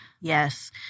Yes